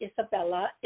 Isabella